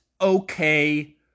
okay